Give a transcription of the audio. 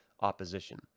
opposition